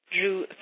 Drew